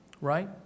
Right